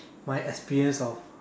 my experience of